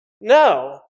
No